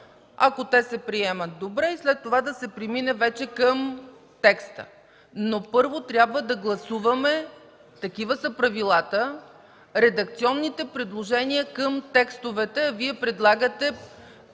Ако те се приемат – добре, и след това да се премине към текста. Първо трябва да гласуваме – такива са правилата – редакционните предложения към текстовете. Вие предлагате